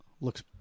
Looks